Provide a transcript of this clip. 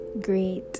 great